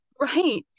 Right